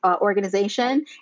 Organization